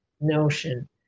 notion